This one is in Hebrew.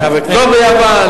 לא ביוון,